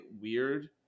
weird